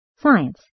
science